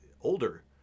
older